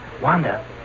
Wanda